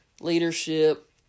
Leadership